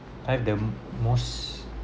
have the most